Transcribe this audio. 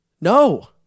No